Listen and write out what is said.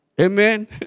Amen